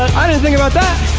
i didn't think about that.